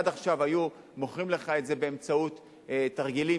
עד עכשיו היו מוכרים לך את זה באמצעות תרגילים